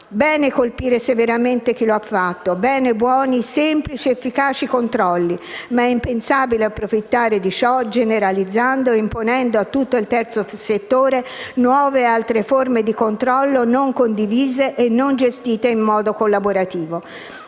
bene colpire severamente i furbetti di turno; bene attivare buoni, semplici ed efficaci controlli; ma è impensabile ed ingeneroso generalizzare imponendo a tutto il terzo settore nuove ed altre forme di controllo non condivise e non gestite in modo collaborativo.